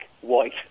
white